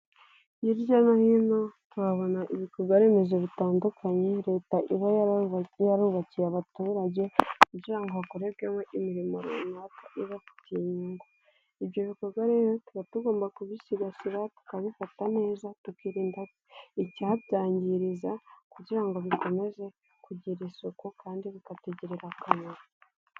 hirya no hino tuhabona ibikorwa remezo bitandukanye, leta iba yarubakiye abaturage kugira ngo hakorerwemo imirimo runaka ibafitiye inyungu. Ibyo bikorwa rero tuba tugomba kubisigasira, tukabifata neza, tukirinda icyabyangiriza kugira ngo bikomeze kugira isuku kandi bikatugirira akamaro.